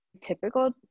typical